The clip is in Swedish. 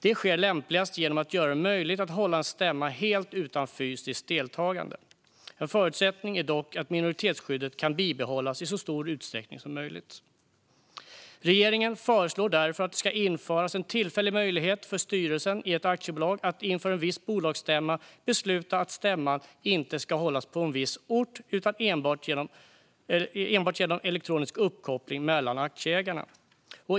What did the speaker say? Detta sker lämpligast genom att göra det möjligt att hålla en stämma helt utan fysiskt deltagande. En förutsättning är dock att minoritetsskyddet kan bibehållas i så stor utsträckning som möjligt. Regeringen föreslår därför att det ska införas en tillfällig möjlighet för styrelsen i ett aktiebolag att inför en viss bolagsstämma besluta att stämman inte ska hållas på en viss ort utan enbart genom elektronisk uppkoppling mellan aktieägarna.